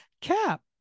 cap